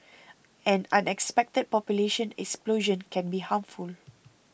an unexpected population explosion can be harmful